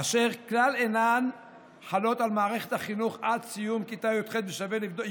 אשר כלל אינן חלות על מערכת החינוך עד סיום כיתה י"ב.